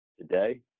today